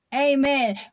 Amen